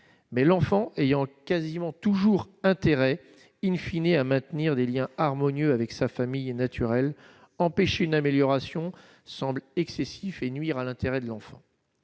mais l'enfant ayant quasiment toujours intérêt in fine et à maintenir des Liens harmonieux avec sa famille naturelle empêche une amélioration semble excessif et nuire à l'intérêt de l'enfant,